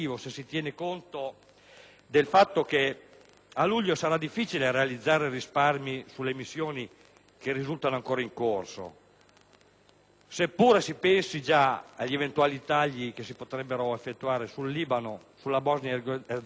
del fatto che a luglio sarà difficile realizzare risparmi sulle missioni che risultano ancora in corso, seppure si pensi già agli eventuali tagli che si potrebbero effettuare sul Libano, sulla Bosnia Erzegovina e sul Ciad.